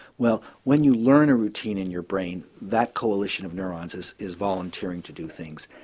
well when you learn a routine in your brain that coalition of neurons is is volunteering to do things.